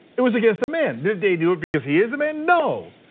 it was against the man. did they do it because he is a man? no.